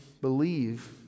believe